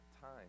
time